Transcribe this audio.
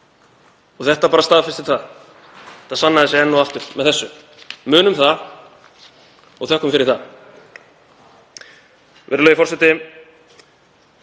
Þetta staðfestir það. Það sannaði sig enn og aftur með þessu, munum það og þökkum fyrir það. Virðulegi forseti.